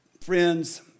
friends